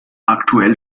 aktuell